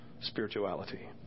spirituality